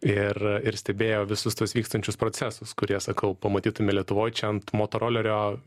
ir ir stebėjo visus tuos vykstančius procesus kurie sakau pamatytume lietuvoj čia ant motorolerio